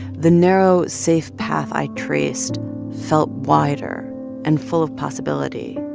the narrow, safe path i traced felt wider and full of possibility.